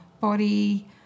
body